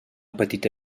petita